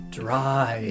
dry